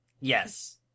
Yes